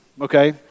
okay